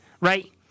right